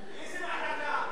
באיזה מחלקה,